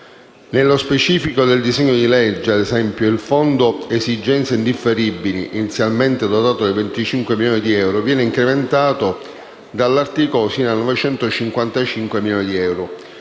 Nello specifico del disegno di legge, ad esempio, il Fondo esigenze indifferibili, inizialmente dotato di 25 milioni di euro, viene incrementato sino a 955 milioni di euro: